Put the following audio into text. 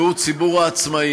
והוא ציבור העצמאים.